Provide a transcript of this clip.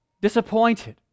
Disappointed